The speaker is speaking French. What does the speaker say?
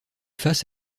face